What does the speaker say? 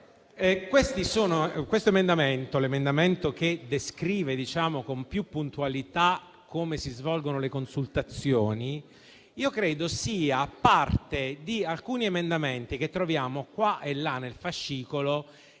Questo emendamento, che descrive con più puntualità come si svolgono le consultazioni, credo faccia parte di alcuni emendamenti che troviamo qua e là nel fascicolo